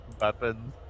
weapons